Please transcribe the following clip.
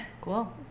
cool